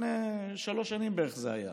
לפני שלוש שנים בערך זה היה,